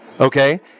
okay